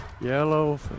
Yellow